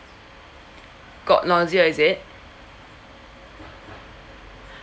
got nausea is it